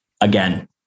Again